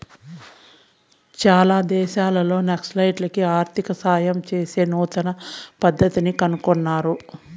చాలా దేశాల్లో నక్సలైట్లకి ఆర్థిక సాయం చేసే నూతన పద్దతిని కనుగొన్నారు